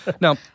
Now